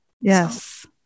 Yes